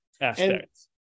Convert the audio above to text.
aspects